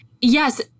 yes